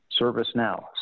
ServiceNow